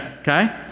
okay